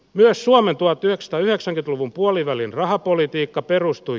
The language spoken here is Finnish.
myös suomen tua työ tai lieksan luvun puolivälin rahapolitiikka perustui